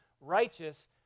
righteous